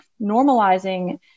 normalizing